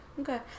Okay